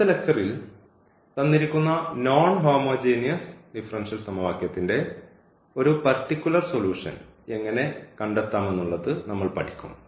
അടുത്ത ലക്ച്ചറിൽ തന്നിരിക്കുന്ന നോൺ ഹോമോജീനിയസ് ഡിഫറൻഷ്യൽ സമവാക്യത്തിന്റെ ഒരു പർട്ടിക്കുലർ സൊല്യൂഷൻ എങ്ങനെ കണ്ടെത്താമെനന്നുള്ളത് നമ്മൾ പഠിക്കും